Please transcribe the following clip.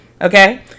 okay